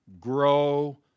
grow